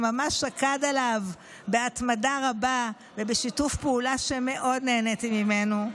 שממש שקד עליו בהתמדה רבה ובשיתוף פעולה שמאוד נהניתי ממנו,